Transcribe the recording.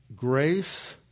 Grace